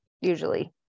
usually